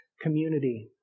community